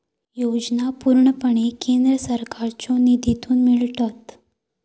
योजना पूर्णपणे केंद्र सरकारच्यो निधीतून मिळतत